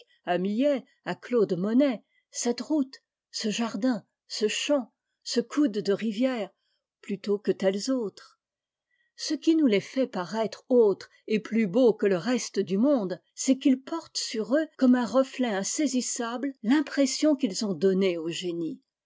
à millet à claude monet cette route ce jardin ce champ ce coude de rivière plutôt que tels autres ce qui nous les fait paraître autres et plus beaux que le reste du monde c'est qu'ils portent sur eux comme un reflet insaisissable l'impression qu'ils ont donnée au génie